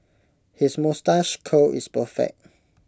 his moustache curl is perfect